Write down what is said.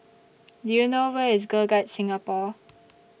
Do YOU know Where IS Girl Guides Singapore